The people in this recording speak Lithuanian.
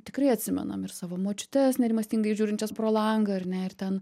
tikrai atsimenam ir savo močiutes nerimastingai žiūrinčias pro langą ar ne ir ten